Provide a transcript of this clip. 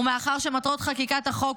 ומאחר שמטרות חקיקת החוק,